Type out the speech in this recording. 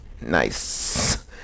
Nice